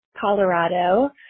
Colorado